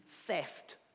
theft